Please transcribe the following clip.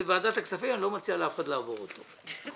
אני לא מציע לאף אחד לעבור טיפול כירורגי בוועדה הכספים.